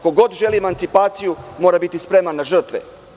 Ko god želi emancipaciju mora biti spreman na žrtve.